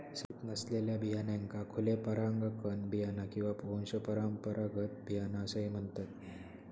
संकरीत नसलेल्या बियाण्यांका खुले परागकण बियाणा किंवा वंशपरंपरागत बियाणा असाही म्हणतत